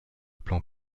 plan